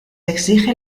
exige